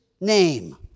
name